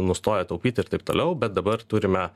nustojo taupyt ir taip toliau bet dabar turime